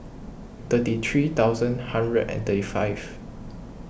thirty three thousand hundred and thirty five